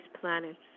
planets